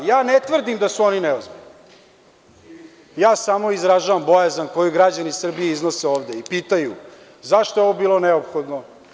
Ja ne tvrdim da su oni neozbiljni, samo izražavam bojazan koju građani Srbije iznose ovde i pitaju zašto je ovo bilo neophodno?